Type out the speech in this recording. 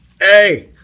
hey